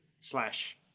slash